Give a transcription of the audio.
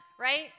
Right